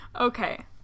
Okay